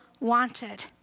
wanted